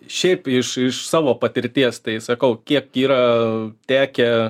šiaip iš iš savo patirties tai sakau kiek yra tekę